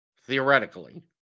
theoretically